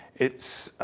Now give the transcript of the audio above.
it's,